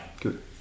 good